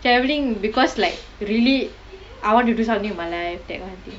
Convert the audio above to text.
travelling because like really I want to do something with my life that kind of thing